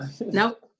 Nope